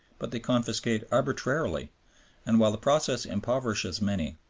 but they confiscate arbitrarily and, while the process impoverishes many,